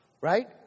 right